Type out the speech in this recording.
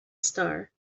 star